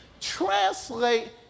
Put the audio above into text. translate